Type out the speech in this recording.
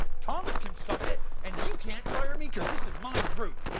thomas can suck it and you can't fire me cause this is my group.